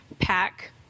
pack